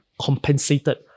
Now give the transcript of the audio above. compensated